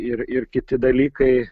ir ir kiti dalykai